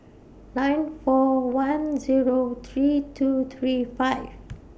nine four one Zero three two three five